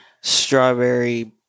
strawberry